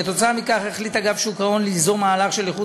כתוצאה מכך החליט אגף שוק ההון ליזום מהלך של איחוד